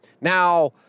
Now